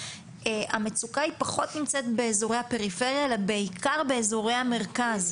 המצוקה פחות נמצאת באזורי הפריפריה אלא בעיקר באזורי המרכז.